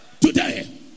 today